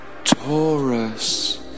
Taurus